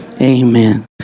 Amen